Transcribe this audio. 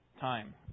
time